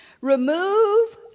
Remove